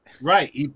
Right